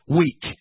weak